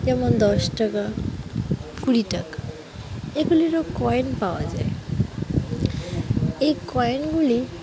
যেমন দশ টাকা কুড়ি টাকা এগুলিরও কয়েন পাওয়া যায় এই কয়েনগুলি